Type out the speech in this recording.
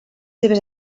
seves